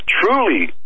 truly